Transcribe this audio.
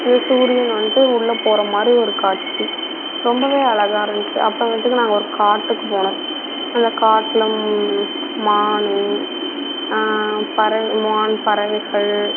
இது சூரியன் வந்துட்டு உள்ளே போகிற மாதிரி ஒரு காட்சி ரொம்பவே அழகா இருந்துச்சு அப்போ வந்துட்டு நாங்கள் ஒரு காட்டுக்கு போனோம் அந்த காட்டில் மான் பற மான் பறவைகள்